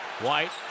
White